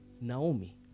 naomi